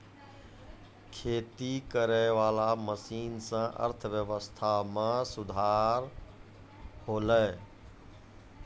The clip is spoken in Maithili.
खेती करै वाला मशीन से अर्थव्यबस्था मे सुधार होलै